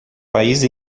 país